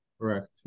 Correct